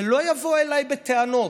שלא יבואו אליי בטענות.